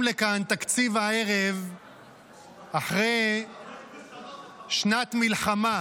לכאן תקציב הערב אחרי שנת מלחמה